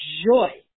joy